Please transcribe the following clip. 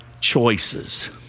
choices